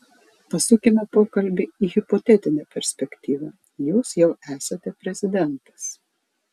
pasukime pokalbį į hipotetinę perspektyvą jūs jau esate prezidentas